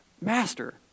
master